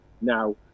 now